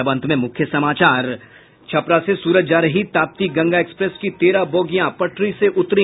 और अब अंत में मुख्य समाचार छपरा से सूरत जा रही ताप्ती गंगा एक्सप्रेस की तेरह बोगियां पटरी से उतरी